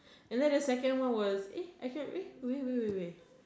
and then the second one was eh actua~ eh wait wait wait wait